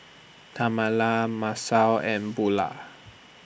Tamala Masao and Bulah